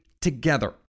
together